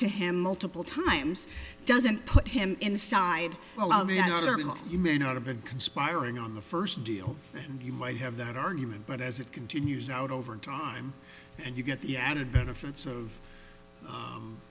to him multiple times doesn't put him inside you may not have been conspiring on the first deal you might have that argument but as it continues out over time and you get the added benefits of